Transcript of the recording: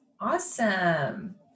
awesome